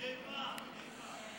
מדי פעם, מדי פעם.